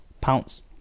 Pounce